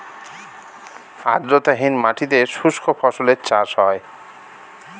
আর্দ্রতাহীন মাটিতে শুষ্ক ফসলের চাষ হয়